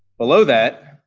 below that,